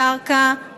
קרקע,